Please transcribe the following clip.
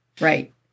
Right